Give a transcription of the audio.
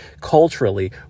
culturally